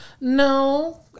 no